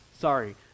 Sorry